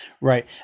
Right